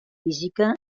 física